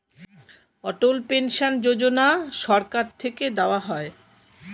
অটল pension Yojana সরকার থেকে দেওয়া হয়